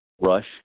rush